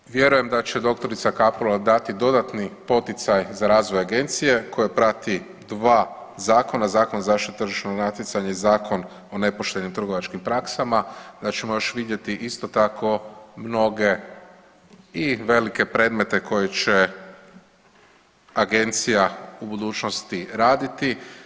Zaključno, vjerujem da će dr. Kapural dati dodatni poticaj za razvoj agencije koja prati dva zakona, Zakon o zaštiti tržišnog natjecanja i Zakon o nepoštenim trgovačkim praksama, da ćemo još vidjeti isto tako mnoge i velike predmete koji će agencija u budućnosti raditi.